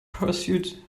pursuit